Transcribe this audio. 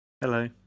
Hello